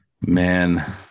man